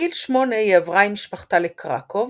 בגיל שמונה היא עברה עם משפחתה לקרקוב,